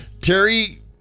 Terry